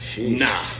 nah